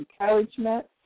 encouragement